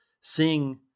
seeing